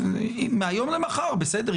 מהיום למחר בסדר,